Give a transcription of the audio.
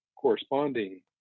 corresponding